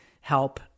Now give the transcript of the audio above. help